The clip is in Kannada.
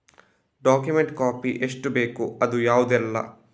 ಡಾಕ್ಯುಮೆಂಟ್ ಕಾಪಿ ಎಷ್ಟು ಬೇಕು ಅದು ಯಾವುದೆಲ್ಲ?